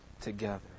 together